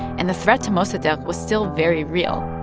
and the threat to mossadegh was still very real.